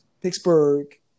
Pittsburgh